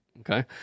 Okay